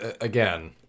again